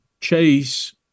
chase